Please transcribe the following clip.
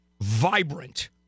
vibrant